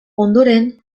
ondoren